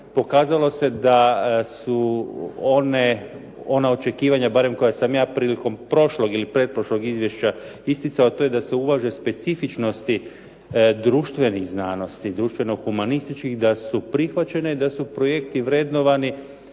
pokazalo se da su ona očekivanja barem koja sam ja prilikom prošlog ili pretprošlog izvješća isticao, to je da se uvaže specifičnosti društvenih znanosti, društveno humanističkih, da su prihvaćene i da su projekti vrednovani